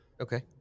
Okay